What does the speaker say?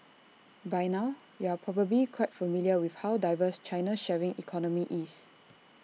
by now you're probably quite familiar with how diverse China's sharing economy is